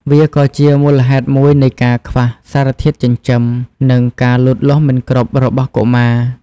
វាក៏ជាមូលហេតុមួយនៃការខ្វះសារធាតុចិញ្ចឹម និងការលូតលាស់មិនគ្រប់របស់កុមារ។